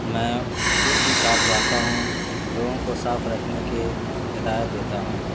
میں خود بھی صاف رہتا ہوں لوگوں کو صاف رکھنے کے ہدایت دیتا ہوں